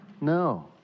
No